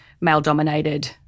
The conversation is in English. male-dominated